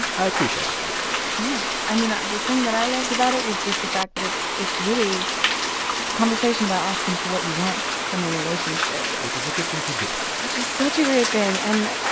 and i appreciated that yeah. i mean, the thing that i loved about it was just the fact that it's it's really it's a conversation about asking for what you want from a relationship which is a good thing to do. which is such a great thing. and,